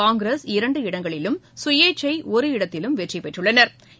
காங்கிரஸ் இரண்டு இடங்களிலும் சுயேச்சை ஒரு இடத்திலும் வெற்றிபெற்றுள்ளனா்